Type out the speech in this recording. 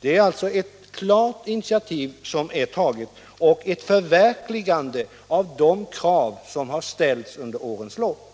Det är alltså fråga om ett klart initiativ och ett förverkligande av de krav som har ställts under årens lopp.